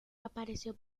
apareció